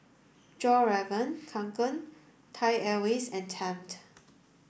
Fjallraven Kanken Thai Airways and Tempt